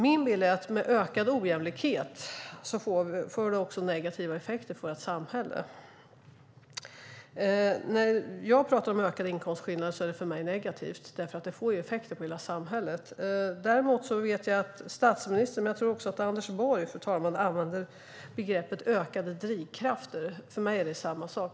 Min bild är att ökad ojämlikhet medför negativa effekter på samhället. Ökade inkomstskillnader är något negativt för mig. Det får effekter på hela samhället. Statsministern - jag tror även Anders Borg - använder begreppet ökade drivkrafter.